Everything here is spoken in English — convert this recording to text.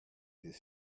his